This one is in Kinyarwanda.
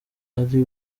ari